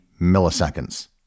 milliseconds